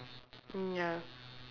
mm ya